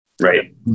Right